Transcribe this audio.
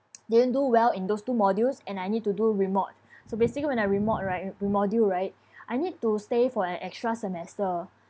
didn't do well in those two modules and I need to do remod so basically when I remod right remodule right I need to stay for an extra semester